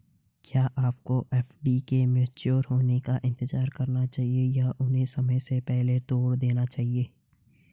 क्या आपको एफ.डी के मैच्योर होने का इंतज़ार करना चाहिए या उन्हें समय से पहले तोड़ देना चाहिए?